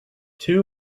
two